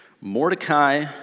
Mordecai